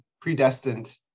predestined